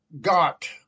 got